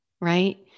Right